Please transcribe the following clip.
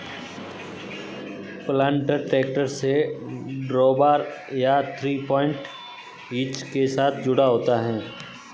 planter tractor से drawbar या three point hitch के साथ जुड़ा होता है